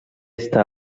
està